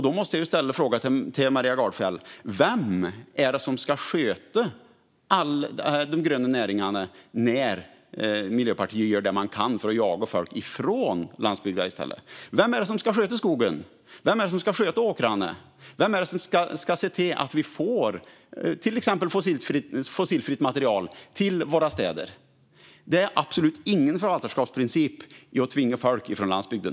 Då måste jag ställa frågan till Maria Gardfjell: Vem är det som ska sköta alla de gröna näringarna när Miljöpartiet gör det man kan för att i stället jaga folk ifrån landsbygden? Vem är det som ska sköta skogen? Vem är det som ska sköta åkrarna? Vem är det som ska se till att vi får till exempel fossilfritt material till våra städer? Det finns absolut ingen förvaltarskapsprincip i att tvinga folk ifrån landsbygden.